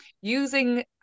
using